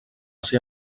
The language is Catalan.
ser